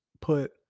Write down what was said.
put